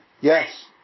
Yes